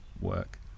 work